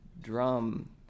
drum